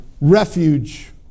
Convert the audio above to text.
refuge